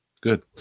Good